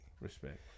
Respect